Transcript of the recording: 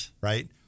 right